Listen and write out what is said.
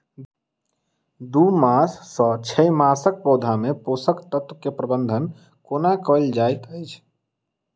दू मास सँ छै मासक पौधा मे पोसक तत्त्व केँ प्रबंधन कोना कएल जाइत अछि?